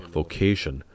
vocation